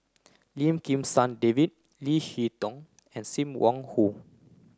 Lim Kim San David Leo Hee Tong and Sim Wong Hoo